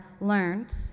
learned